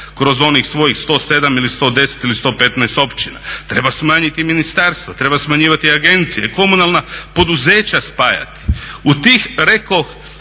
kroz onih svojih 107 ili 110 ili 115 općina. Treba smanjiti ministarstva, treba smanjivati agencije, komunalna poduzeća spajati. U tih 5697